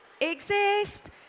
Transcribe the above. exist